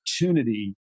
opportunity